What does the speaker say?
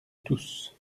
tous